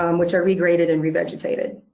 um which are regraded and re-vegetated.